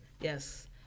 Yes